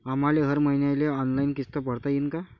आम्हाले हर मईन्याले ऑनलाईन किस्त भरता येईन का?